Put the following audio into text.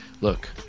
look